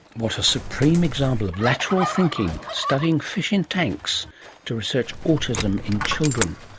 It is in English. what a supreme example of lateral thinking studying fish in tanks to research autism in children.